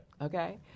Okay